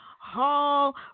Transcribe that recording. Hall